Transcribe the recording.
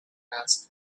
asked